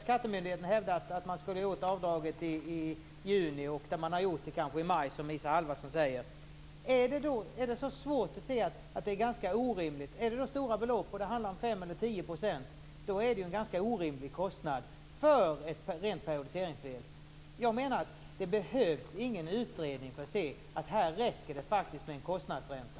Skattemyndigheten hävdar att man skulle ha gjort avdraget i juni och man har kanske gjort det i maj, som Isa Halvarsson säger. Är det så svårt att se att tillägget är ganska orimligt? Är det fråga om stora belopp och det handlar om 5 % eller 10 % är det en ganska orimlig kostnad för ett rent periodiseringsfel. Jag menar att det inte behövs någon utredning för att se att det faktiskt räcker med en kostnadsränta.